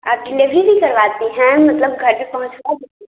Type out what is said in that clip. आप डिलीवरी भी करवाती हैं मतलब घर पर पहुँचवा देती